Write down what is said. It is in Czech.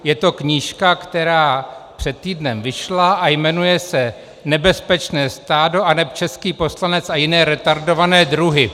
Je to knížka, která před týdnem vyšla a jmenuje se Nebezpečné stádo aneb český poslanec a jiné retardované druhy.